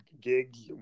gigs